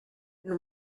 and